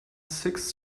six